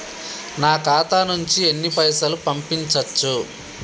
నా ఖాతా నుంచి ఎన్ని పైసలు పంపించచ్చు?